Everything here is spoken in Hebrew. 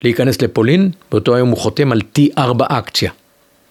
להיכנס לפולין, באותו היום הוא חותם על T4-אקציה.